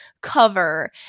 cover